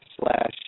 slash